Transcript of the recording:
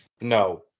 No